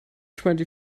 twenty